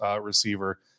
receiver